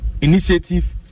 Initiative